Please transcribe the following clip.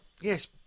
Yes